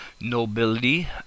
nobility